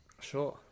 Sure